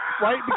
right